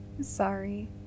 Sorry